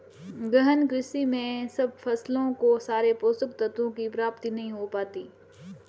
गहन कृषि में सब फसलों को सारे पोषक तत्वों की प्राप्ति नहीं हो पाती